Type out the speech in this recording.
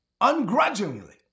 ungrudgingly